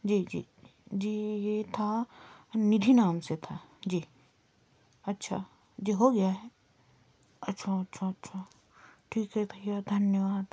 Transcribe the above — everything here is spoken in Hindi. जी जी जी यह था निधि नाम से था जी अच्छा जो हो गया है अच्छा अच्छा अच्छा ठीक है भैया धन्यवाद